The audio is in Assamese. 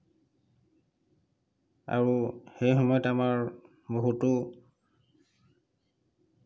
আৰু সেই সময়ত আমাৰ বহুতো